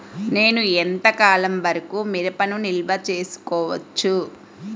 నేను ఎంత కాలం వరకు మిరపను నిల్వ చేసుకోవచ్చు?